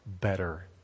better